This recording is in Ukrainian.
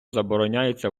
забороняється